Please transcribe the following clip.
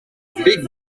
big